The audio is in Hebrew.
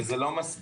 כן, וזה לא מספיק.